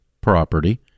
property